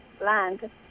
land